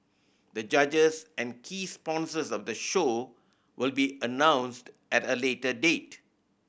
the judges and key sponsors of the show will be announced at a later date